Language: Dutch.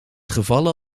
gevallen